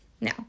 Now